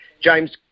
James